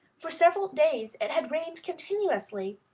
for several days it had rained continuously,